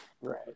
Right